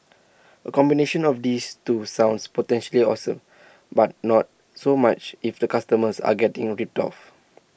A combination of this two sounds potentially awesome but not so much if the customers are getting ripped off